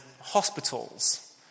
hospitals